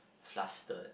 fluster